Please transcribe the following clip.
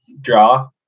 draw